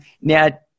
now